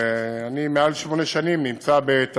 אני יותר משמונה שנים בתפקידי,